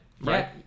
Right